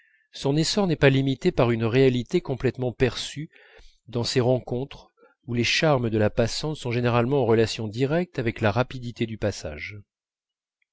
son essor n'est pas limité par une réalité complètement perçue dans ces rencontres où les charmes de la passante sont généralement en relation directe avec la rapidité du passage